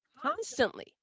constantly